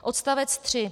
Odstavec 3.